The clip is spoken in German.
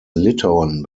litauen